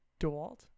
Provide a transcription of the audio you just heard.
DeWalt